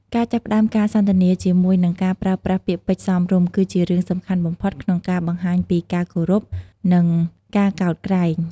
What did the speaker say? ការចាប់ផ្ដើមការសន្ទនាជាមួយនឹងការប្រើប្រាស់ពាក្យពេចន៍សមរម្យ គឺជារឿងសំខាន់បំផុតក្នុងការបង្ហាញពី ការគោរព និង ការកោតក្រែង។